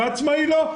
ועצמאי לא.